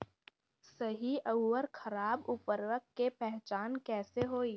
सही अउर खराब उर्बरक के पहचान कैसे होई?